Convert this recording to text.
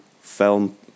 film